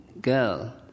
girl